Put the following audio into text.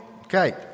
Okay